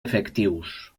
efectius